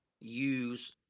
use